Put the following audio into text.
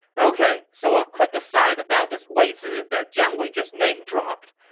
ok, so a quick aside about this wei zi that jiang wei just name dropped.